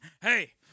hey